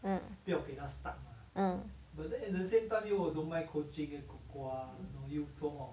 mm mm